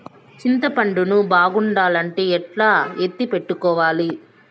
చింతపండు ను బాగుండాలంటే ఎట్లా ఎత్తిపెట్టుకోవాలి?